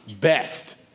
best